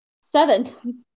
Seven